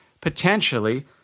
potentially